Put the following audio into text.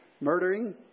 murdering